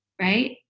Right